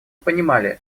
понимали